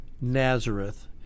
Nazareth